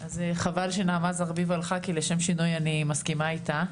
אז חבל שנעמה זרביב הלכה כי לשם שינוי אני מסכימה איתה.